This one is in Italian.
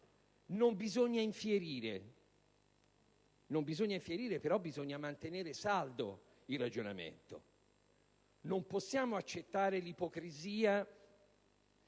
che se ne va: non bisogna infierire, però bisogna mantenere saldo il ragionamento. Non possiamo accettare l'ipocrisia